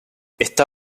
está